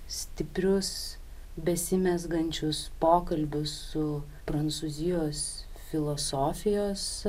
stiprius besimezgančius pokalbius su prancūzijos filosofijos